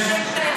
יש,